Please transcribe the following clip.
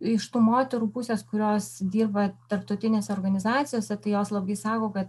iš tų moterų pusės kurios dirba tarptautinėse organizacijose tai jos labai sako kad